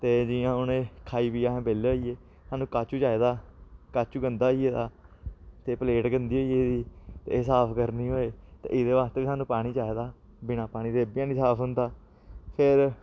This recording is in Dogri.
ते जि'यां हून एह् खाई पीयै अस बेह्ले होई गे सानू काचू चाहिदा काचू गंदा होई गेदा ते पलेट गंदी होई गेदी एह् साफ करनी होऐ ते एहदे आस्तै बी सानूं पानी चाहिदा बिना पानी दे एह् बी हैनी साफ होंदा फिर